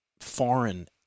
foreign